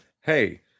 Hey